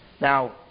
Now